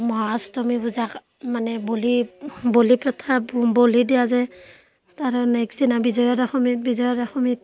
মহা অষ্টমী পূজা মানে বলি বলি প্ৰথা বলি দিয়া যায় তাৰে নেক্সট দিনা বিজয়া দশমী বিজয়া দশমীত